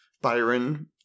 Byron